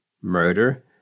murder